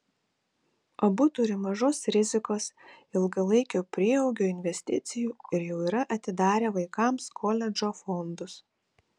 abu turi mažos rizikos ilgalaikio prieaugio investicijų ir jau yra atidarę vaikams koledžo fondus